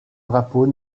drapeaux